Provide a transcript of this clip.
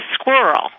Squirrel